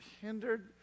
hindered